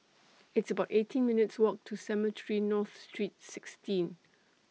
It's about eighteen minutes' Walk to Cemetry North Street sixteen